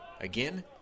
Again